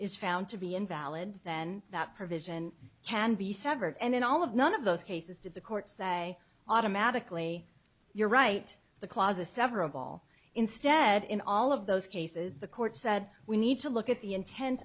is found to be invalid then that provision can be severed and in all of none of those cases did the court say automatically you're right the clauses sever of all instead in all of those cases the court said we need to look at the intent